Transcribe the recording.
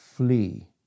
Flee